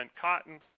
cotton